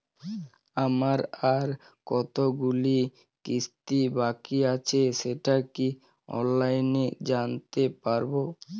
আমার আর কতগুলি কিস্তি বাকী আছে সেটা কি অনলাইনে জানতে পারব?